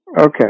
Okay